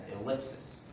ellipsis